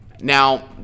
Now